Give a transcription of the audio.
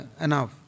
Enough